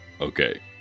Okay